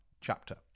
chapter